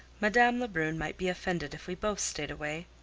madame lebrun might be offended if we both stayed away.